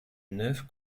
neuf